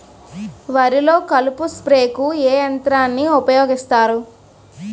వరిలో కలుపు స్ప్రేకు ఏ యంత్రాన్ని ఊపాయోగిస్తారు?